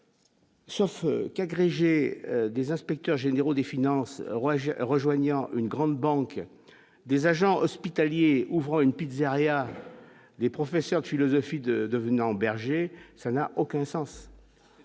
Sauf qu'agrégé des inspecteurs généraux des Finances rouages rejoignant une grande banque des agents hospitaliers ouvre une pizzeria, les professeurs de philosophie de devenant Berger, ça n'a aucun sens.